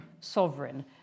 sovereign